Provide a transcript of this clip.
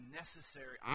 necessary